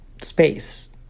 space